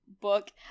book